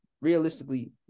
realistically